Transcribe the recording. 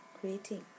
creating